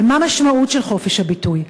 אבל מהי המשמעות של חופש הביטוי?